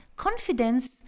Confidence